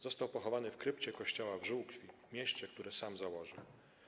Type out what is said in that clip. Został pochowany w krypcie kościoła w Żółkwi, mieście, które sam założył.